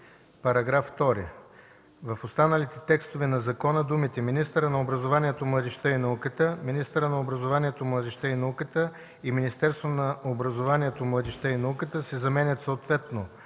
развитие”. 2. В останалите текстове на закона думите „министърът на образованието, младежта и науката”, „министъра на образованието, младежта и науката” и „Министерството на образованието, младежта и науката” се заменят съответно